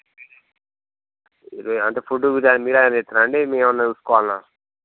ఇది అంటే ఫుడ్ గిడ్డు అన్నీ మీరు అరేంజ్ చేస్తారా అండి మేము ఏమన్నా చేసుకోవాల